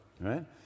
right